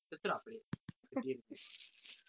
செத்துரும் அப்படியே பட்டிர்னு:setthurum appadiye pattirnu